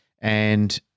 and-